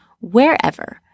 wherever